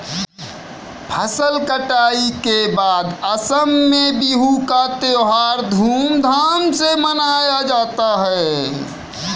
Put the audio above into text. फसल कटाई के बाद असम में बिहू का त्योहार धूमधाम से मनाया जाता है